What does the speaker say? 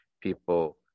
people